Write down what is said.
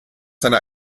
seiner